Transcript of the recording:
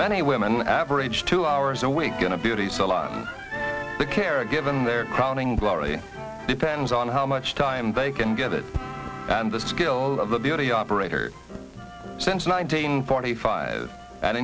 many women average two hours a week going to beauty salon the care of given their crowning glory depends on how much time they can get it and the skill of the beauty operator since nineteen forty five a